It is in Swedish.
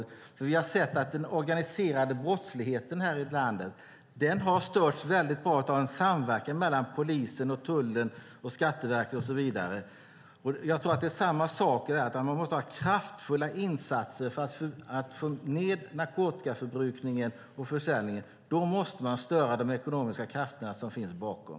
Vi har nämligen sett att den organiserade brottsligheten här i landet har störts väldigt bra av en samverkan mellan polisen, tullen, Skatteverket och så vidare. Jag tror att det är samma sak här: Man måste ha kraftfulla insatser för att få ned narkotikaförbrukningen och narkotikaförsäljningen. Då måste man störa de ekonomiska krafterna som finns bakom.